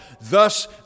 Thus